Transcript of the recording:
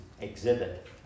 exhibit